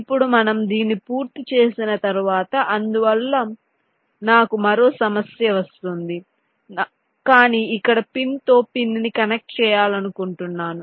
ఇప్పుడు మనము దీన్ని పూర్తి చేసిన తర్వాత అందువల్ల నాకు మరో సమస్య వస్తుంది కాని ఇక్కడ పిన్తో పిన్ని కనెక్ట్ చేయాలనుకుంటున్నాను